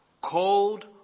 Cold